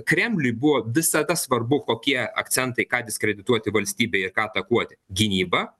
kremliui buvo visada svarbu kokie akcentai ką diskredituoti valstybėje ir ką atakuoti gynybą